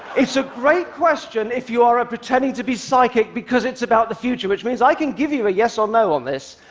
it's a great question if you are ah pretending to be psychic, because it's about the future, which means i can give you a yes or no on this.